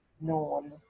known